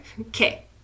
okay